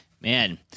Man